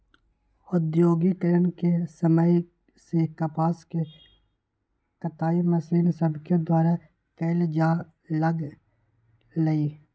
औद्योगिकरण के समय से कपास के कताई मशीन सभके द्वारा कयल जाय लगलई